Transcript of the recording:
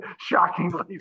Shockingly